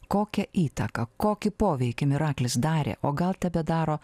kokią įtaką kokį poveikį miraklis darė o gal tebedaro